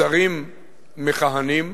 שרים מכהנים,